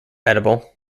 edible